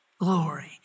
glory